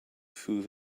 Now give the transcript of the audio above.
through